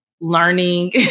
learning